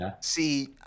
See